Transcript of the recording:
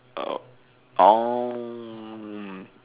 oh orh